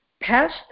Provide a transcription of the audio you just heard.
past